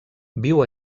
viu